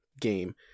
game